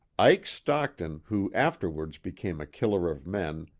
ike stockton, who afterwards became a killer of men,